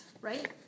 right